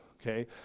okay